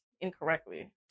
incorrectly